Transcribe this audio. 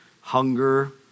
hunger